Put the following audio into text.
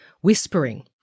whispering